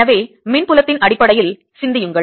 எனவே மின் புலத்தின் அடிப்படையில் சிந்தியுங்கள்